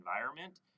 environment